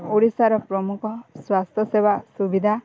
ଓଡ଼ିଶାର ପ୍ରମୁଖ ସ୍ୱାସ୍ଥ୍ୟ ସେବା ସୁବିଧା